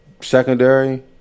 secondary